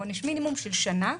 או עונש מינימום של שנה.